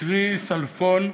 צבי סלפון,